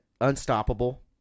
Unstoppable